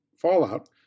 Fallout